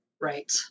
Right